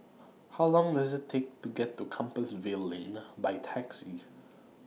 How Long Does IT Take to get to Compassvale Lane A By Taxi